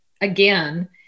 again